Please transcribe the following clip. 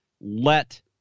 let